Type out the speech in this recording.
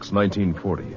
1940